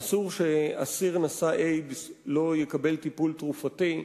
אסור שאסיר נשא איידס לא יקבל טיפול תרופתי,